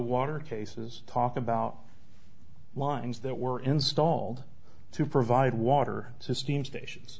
water cases talk about lines that were installed to provide water system stations